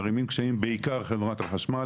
מערימים קשיים בעיקר חברת החשמל.